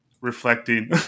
reflecting